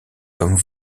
comme